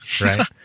right